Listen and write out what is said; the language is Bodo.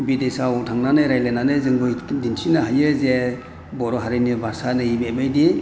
बिदेशआव थांनानै रायज्लायनानै जोंबो दिन्थिनो हायो जे बर' हारिनि भाषा नैबेबायदि